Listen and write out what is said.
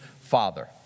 Father